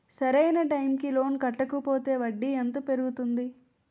సరి అయినా టైం కి లోన్ కట్టకపోతే వడ్డీ ఎంత పెరుగుతుంది?